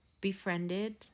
befriended